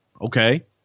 okay